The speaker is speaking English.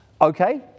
okay